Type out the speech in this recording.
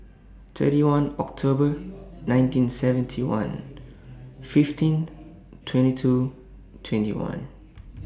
thirty one October nineteen seventy one fifteen twenty two twenty one